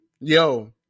Yo